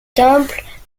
temples